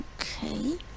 Okay